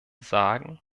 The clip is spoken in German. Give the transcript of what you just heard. sagen